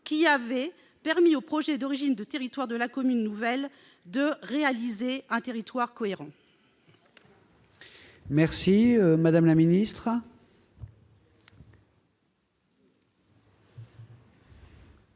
qui avaient permis au projet d'origine de la commune nouvelle de réaliser un territoire cohérent.